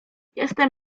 jestem